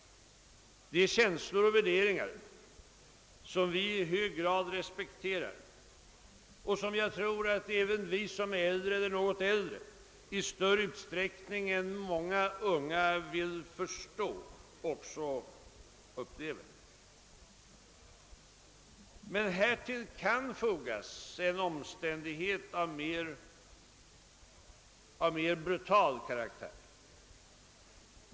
Det är känslor och värderingar som vi i hög grad respekterar och som jag tror att även vi, som är äldre eller något äldre, också upplever i större utsträckning än många unga vill förstå. Men härtill kan fogas en omständighet av mer brutal karaktär.